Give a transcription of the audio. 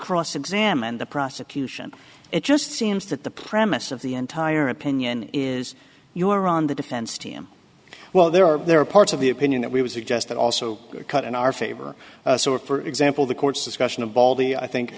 cross examine the prosecution it just seems that the premise of the entire opinion is you are on the defense team well there are there are parts of the opinion that we would suggest that also cut in our favor for example the court's discussion of ball the i think